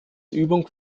übung